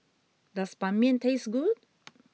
does Ban Mian taste good